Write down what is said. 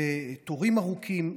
ותורים ארוכים,